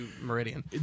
Meridian